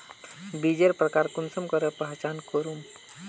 बीजेर प्रकार कुंसम करे पहचान करूम?